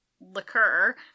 liqueur